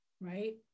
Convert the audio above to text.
right